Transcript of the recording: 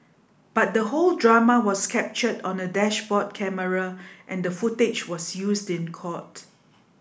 but the whole drama was captured on a dashboard camera and the footage was used in court